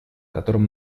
которым